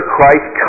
Christ